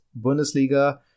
bundesliga